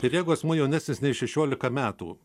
bet jeigu asmuo jaunesnis nei šešiolika metų